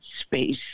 space